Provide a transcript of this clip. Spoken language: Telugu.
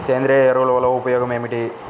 సేంద్రీయ ఎరువుల వల్ల ఉపయోగమేమిటీ?